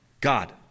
God